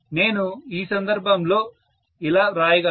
నేను ఈ సందర్భంలో ఇలా వ్రాయగలను